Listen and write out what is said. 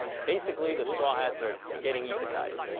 basically the straw hats are gettin isekai-ed.